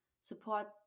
support